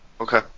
Okay